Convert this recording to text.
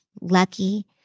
lucky